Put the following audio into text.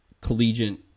collegiate